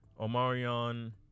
Omarion